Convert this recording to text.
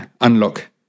unlock